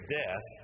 death